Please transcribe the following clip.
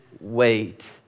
wait